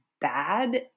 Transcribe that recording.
bad